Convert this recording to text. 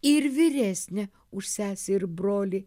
ir vyresnė už sesę ir brolį